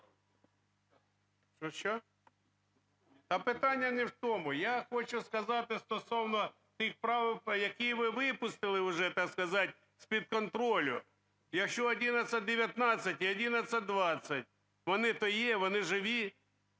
Питання не в тому, я хочу сказати стосовно тих правок, які ви випустили вже, так сказать, вже з-під контролю. Якщо 1119 і 1120, вони то є, вони живі.